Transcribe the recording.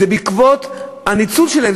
וזה בעקבות הניצול שלהם.